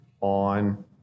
on